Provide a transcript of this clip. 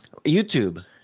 YouTube